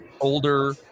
older